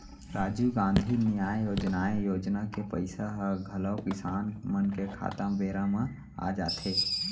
राजीव गांधी न्याय योजनाए योजना के पइसा ह घलौ किसान मन के खाता म बेरा म आ जाथे